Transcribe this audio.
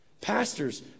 Pastors